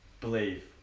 Believe